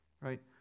right